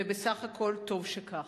ובסך הכול טוב שכך.